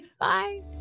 Bye